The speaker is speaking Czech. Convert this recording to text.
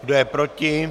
Kdo je proti?